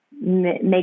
make